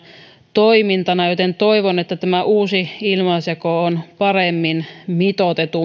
toimintana joten toivon että tämä uusi ilmaisjako on paremmin mitoitettu